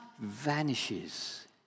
vanishes